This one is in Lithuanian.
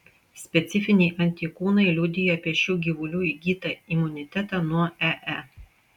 specifiniai antikūnai liudija apie šių gyvulių įgytą imunitetą nuo ee